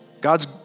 God's